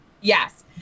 Yes